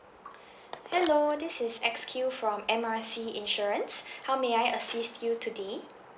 hello this is X Q from M R C insurance how may I assist you today